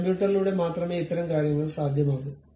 കമ്പ്യൂട്ടറുകളിലൂടെ മാത്രമേ ഇത്തരം കാര്യങ്ങൾ സാധ്യമാകൂ